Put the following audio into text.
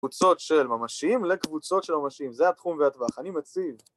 קבוצות של ממשים לקבוצות של ממשים, זה התחום והטווח, אני מציב